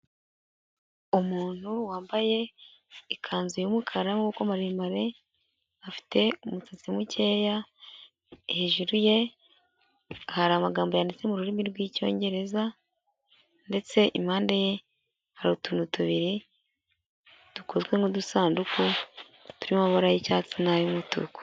Umuntu wambaye ikanzu y'umukara y'amaboko maremare, afite umusatsi mukeya, hejuru ye hari amagambo yanditse mu rurimi rw'Icyongereza ndetse impande ye hari utuntu tubiri dukozwe nk'udusanduku turimo amabara y'icyatsi n'ay'umutuku.